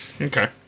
Okay